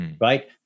Right